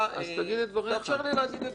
תאפשר לי להגיד את דבריי.